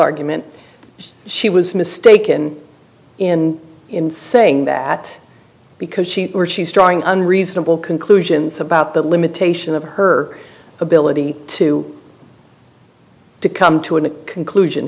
argument she was mistaken in saying that because she or she is drawing on reasonable conclusions about the limitation of her ability to to come to a conclusion